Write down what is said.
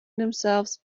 themselves